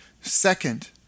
second